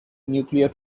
nuclear